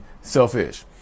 selfish